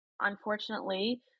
unfortunately